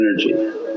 energy